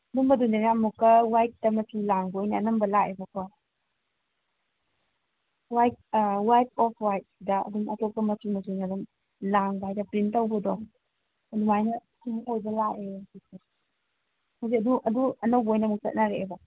ꯑꯗꯨꯝꯕꯗꯨꯅꯤꯅ ꯑꯃꯨꯛꯀ ꯋꯥꯏꯠꯇ ꯃꯆꯨ ꯂꯥꯡꯕ ꯑꯣꯏꯅ ꯑꯅꯝꯕ ꯂꯥꯛꯑꯦꯕꯀꯣ ꯋꯥꯏꯠ ꯑ ꯋꯥꯏꯠ ꯑꯣꯐ ꯋꯥꯏꯠꯇ ꯑꯗꯨꯝ ꯑꯇꯣꯞꯄ ꯃꯆꯨ ꯃꯆꯨꯅ ꯑꯗꯨꯝ ꯂꯥꯡꯕ ꯍꯥꯏꯗ꯭ꯔ ꯄ꯭ꯔꯤꯟ ꯇꯧꯕꯗꯣ ꯑꯗꯨꯃꯥꯏꯅ ꯁꯨꯝ ꯑꯣꯏꯕ ꯂꯥꯛꯑꯦ ꯑꯗꯨ ꯑꯗꯨ ꯑꯅꯧꯕ ꯑꯣꯏꯅ ꯑꯃꯨꯛ ꯆꯠꯅꯔꯛꯑꯦꯕ